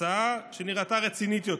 הצעה שנראתה רצינית יותר.